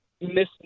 Miss